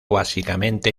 básicamente